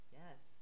yes